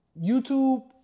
YouTube